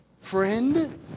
friend